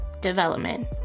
development